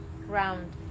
round